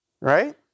Right